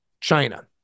China